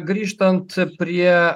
grįžtant prie